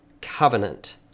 covenant